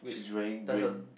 she's wearing green